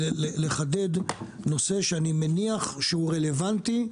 אני רוצה לחדד נושא שאני מניח שהוא רלבנטי,